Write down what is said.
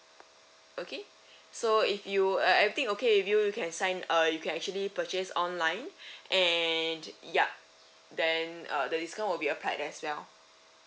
okay so if you uh everything okay with you can sign uh you can actually purchase online and yup then uh the discount will be applied as well